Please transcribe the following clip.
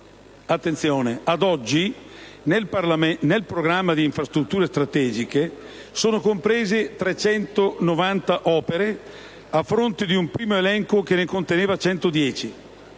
Attenzione: ad oggi, nel Programma di infrastrutture strategiche sono comprese 390 opere, a fronte di un primo elenco che ne conteneva 110,